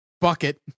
bucket